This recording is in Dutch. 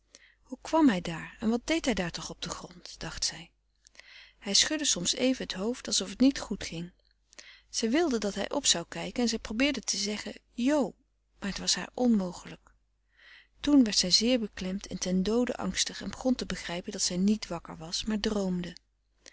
hoe kwam hij daar en wat deed hij daar toch op den grond dacht zij hij schudde soms even het hoofd alsof het niet goed ging zij wilde dat hij op zou kijken en zij probeerde te zeggen jo maar het was haar onmogelijk toen werd zij zeer beklemd en ten doode angstig en begon te begrijpen dat zij niet wakker was maar droomde